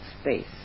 space